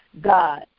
God